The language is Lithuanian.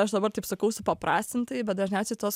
aš dabar taip sakau supaprastintai bet dažniausiai tos